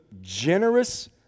generous